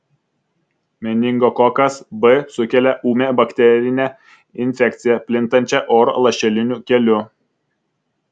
meningokokas b sukelia ūmią bakterinę infekciją plintančią oro lašeliniu keliu